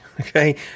okay